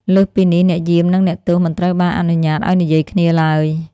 លើសពីនេះ អ្នកយាម និងអ្នកទោសមិនត្រូវបានអនុញ្ញាតឱ្យនិយាយគ្នាឡើយ។